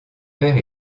père